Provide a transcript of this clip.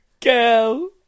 Girl